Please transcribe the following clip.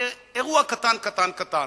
כאירוע קטן קטן קטן.